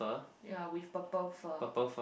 ya with purple fur